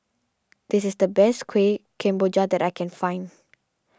this is the best Kueh Kemboja that I can find